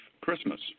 Christmas